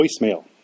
voicemail